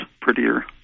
prettier